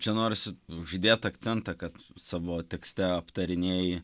čia norisi uždėt akcentą kad savo tekste aptarinėji